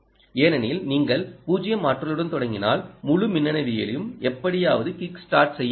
ஏனெனில் நீங்கள் 0 ஆற்றலுடன் தொடங்கினால் முழு மின்னணுவியலையும் எப்படியாவது கிக் ஸ்டார்ட் செய்ய வேண்டும்